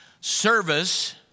service